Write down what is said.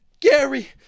Gary